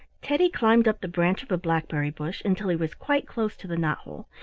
teddy climbed up the branch of a blackberry bush until he was quite close to the knot-hole,